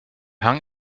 hang